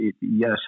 yes